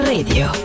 Radio